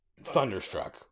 thunderstruck